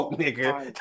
nigga